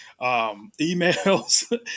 emails